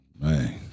Man